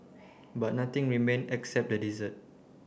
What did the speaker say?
but nothing remained except the desert